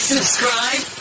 Subscribe